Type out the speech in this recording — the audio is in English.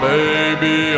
baby